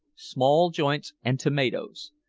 small joints and tomatoes.